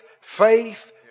faith